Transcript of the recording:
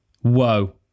Whoa